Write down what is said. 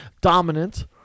dominant